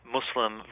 Muslim